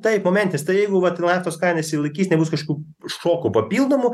taip momentis tai jeigu vat naftos kaina išsilaikys nebus kažkų šokų papildomų